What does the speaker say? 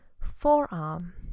forearm